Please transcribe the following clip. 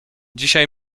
dzisiaj